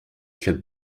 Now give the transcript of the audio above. clubs